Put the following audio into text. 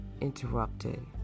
interrupted